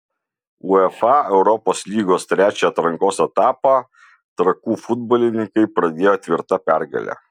uefa europos lygos trečią atrankos etapą trakų futbolininkai pradėjo tvirta pergale